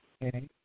Okay